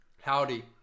Howdy